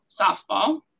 softball